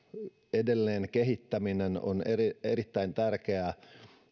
edelleenkehittäminen on erittäin tärkeää